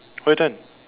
we are done